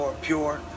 pure